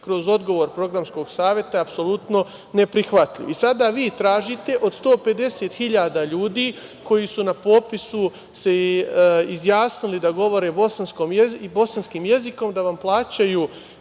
kroz odgovor programskog saveta je apsolutno neprihvatljivo. Sada vi tražite od 150.000 ljudi koji su se na popisu izjasnili da govore i bosanskim jezikom da vam plaćaju